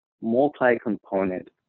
multi-component